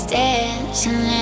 dancing